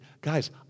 guys